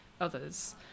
others